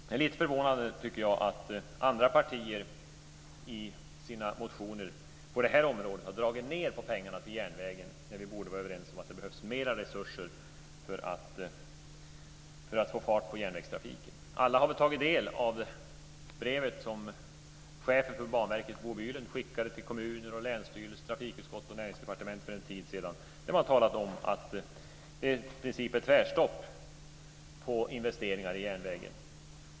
Det är lite förvånande, tycker jag, att andra partier i sina motioner på det här området har dragit ned på pengarna till järnvägarna när vi borde vara överens om att det behövs mer resurser för att få fart på järnvägstrafiken. Alla har vi tagit del av det brev chefen för Banverket, Bo Bylund, skickade till kommuner och länsstyrelser samt trafikutskottet och Näringsdepartementet för en tid sedan. Där talade man om att det i princip är tvärstopp för investeringar i järnvägen.